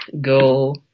go